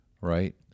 Right